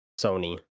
sony